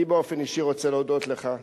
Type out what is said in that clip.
אני באופן אישי רוצה להודות לך.